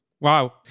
Wow